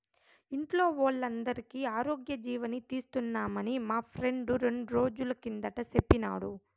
ఇంట్లో వోల్లందరికీ ఆరోగ్యజీవని తీస్తున్నామని మా ఫ్రెండు రెండ్రోజుల కిందట సెప్పినాడు